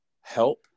help